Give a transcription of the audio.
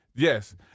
Yes